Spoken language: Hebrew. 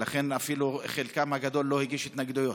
ולכן חלקם הגדול אפילו לא הגישו התנגדויות.